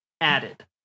added